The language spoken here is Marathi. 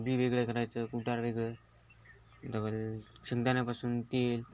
बी वेगळ करायचं कुटार वेगळं डबल शेंगदाण्यापासून तेल